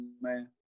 man